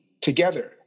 together